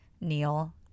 Neil